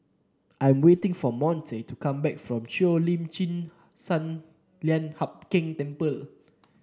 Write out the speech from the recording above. I'm waiting for Monte to come back from Cheo Lim Chin Sun Lian Hup Keng Temple